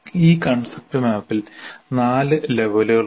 ഈ കൺസെപ്റ്റ് മാപ്പിൽ 4 ലെവലുകൾ ഉണ്ട്